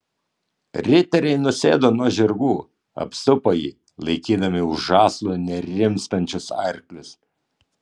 riteriai nusėdo nuo žirgų apsupo jį laikydami už žąslų nerimstančius arklius